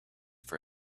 for